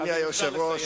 אדוני היושב-ראש,